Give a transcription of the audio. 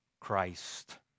Christ